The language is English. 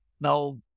Now